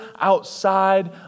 outside